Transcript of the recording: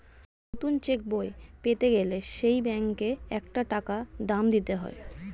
নতুন চেক বই পেতে গেলে সেই ব্যাংকে একটা টাকা দাম দিতে হয়